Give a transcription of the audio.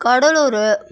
Cuddalore